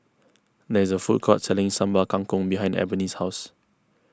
there is a food court selling Sambal Kangkong behind Ebony's house